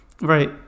right